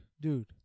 dude